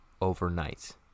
overnight